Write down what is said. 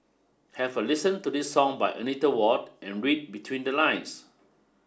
have a listen to this song by Anita Ward and read between the lines